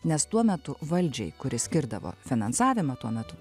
nes tuo metu valdžiai kuri skirdavo finansavimą tuo metu